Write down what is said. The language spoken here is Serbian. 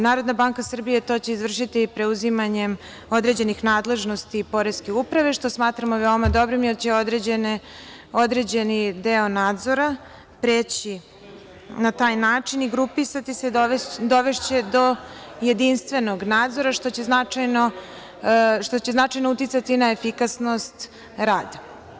Narodna banka Srbije to će izvršiti preuzimanjem određenih nadležnosti poreske uprave što smatramo veoma dobrim jer će određeni deo nadzora preći na taj način i grupisati se, dovešće do jedinstvenog nadzora što će značajno uticati na efikasnost rada.